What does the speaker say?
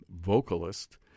vocalist